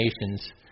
Nations